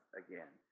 again